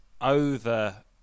over